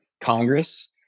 Congress